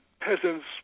Peasants